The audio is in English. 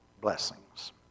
blessings